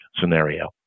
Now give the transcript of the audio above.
scenario